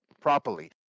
properly